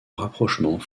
rapprochement